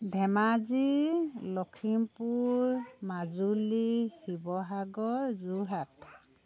Dhemaji Lakhimpur Majuli Sivasagar Jorhat